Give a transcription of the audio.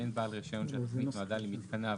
ואין בעל רישיון שהתכנית נועדה למיתקניו